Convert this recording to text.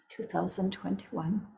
2021